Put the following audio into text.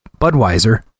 Budweiser